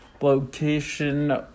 location